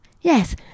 Yes